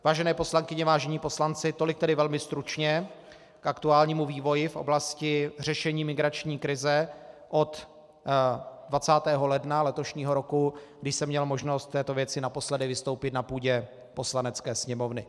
Vážené poslankyně, vážení poslanci, tolik tedy velmi stručně k aktuálnímu vývoji v oblasti řešení migrační krize od 20. ledna letošního roku, kdy jsem měl možnost k této věci naposledy vystoupit na půdě Poslanecké sněmovny.